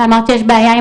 הבעיה עם